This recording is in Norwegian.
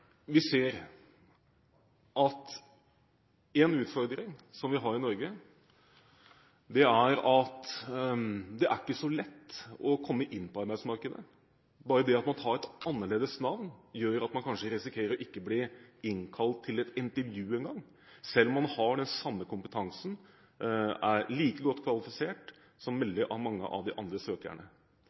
vi ser at en utfordring vi har i Norge, er at det ikke er så lett å komme inn på arbeidsmarkedet. Bare det at man har et annerledes navn, gjør at man kanskje risikerer ikke å bli innkalt til et intervju engang, selv om man har den samme kompetansen og er like godt kvalifisert som veldig mange av de andre søkerne.